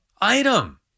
item